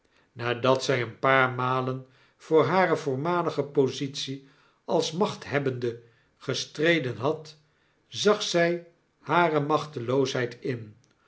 nadat zy een paar malen voor hare voormalige positie als machthebbende gestreden bad zag zy hare machteloosheidin-doch met